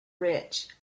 rich